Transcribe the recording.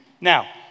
Now